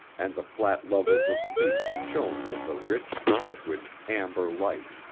and the flat levels of the beach shone with a rich, liquid, amber light.